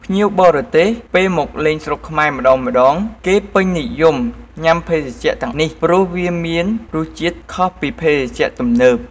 ភ្ញៀវបរទេសពេលមកលេងស្រុកខ្មែរម្តងៗ គេពេញនិយមញុាំភេសជ្ជៈទាំងនេះព្រោះវាមានរសជាតិខុសពីភេសជ្ជៈទំនើប។